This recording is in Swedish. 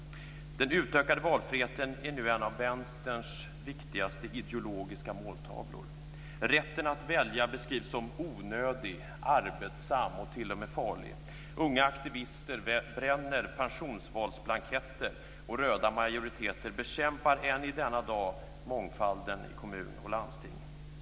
Den utökade valfriheten är nu en av Vänsterns viktigaste ideologiska måltavlor. Rätten att välja beskrivs som onödig, arbetsam och t.o.m. farlig. Unga aktivister bränner pensionsvalsblanketter, och röda majoriteter bekämpar än i denna dag mångfalden i kommun och landsting.